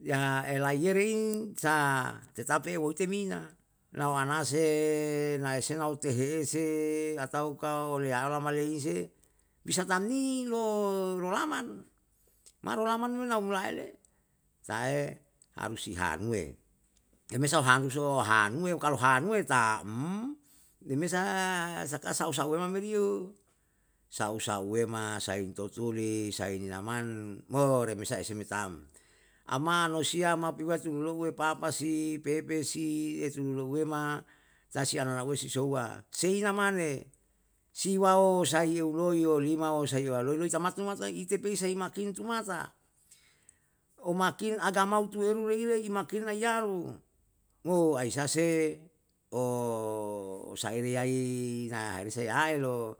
Ya elaiyeri in sa tetapi oitewoti mina, lau anase na ese'e nau tehe ese, ataukah oleyalo lama leinse, bisa tam ni lo rolaman, marolaman me naumlae le? Ta'e hamsi hanuwe, pemesa ohanusuo ohanuwe, kalu hanuwe tam, pemesa saka sau sauwema mer yo, sau sauwema, saim toturi, saim ni naman, mo remesa ese me tam. Ama nosiya ma pibatulu lauwe papasi, pepesi, etulu leuwema ta si anannuwe si souwe. Seina mane, siwa'o sai eulo yo lima, o sai uyalou loi tamata mata ite pisaima kin tuamata, omakin agama utuweru reire, imakin aiyaru, mo aisa se osairiyai na harisae aelo